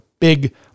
big